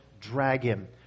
dragon